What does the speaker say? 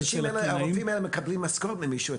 הרופאים האלה מקבלים משכורת ממישהו,